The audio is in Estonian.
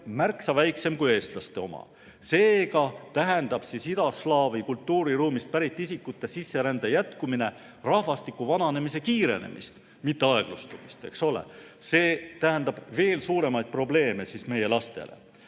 märksa väiksem kui eestlaste oma. Seega tähendab idaslaavi kultuuriruumist pärit isikute sisserände jätkumine rahvastiku vananemise kiirenemist, mitte aeglustumist. See tähendab veel suuremaid probleeme meie lastele.